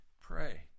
pray